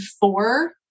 four